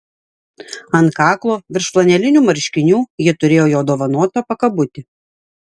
ant kaklo virš flanelinių marškinių ji turėjo jo dovanotą pakabutį